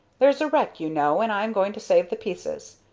there's a wreck, you know, and i am going to save the pieces.